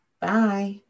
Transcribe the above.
Bye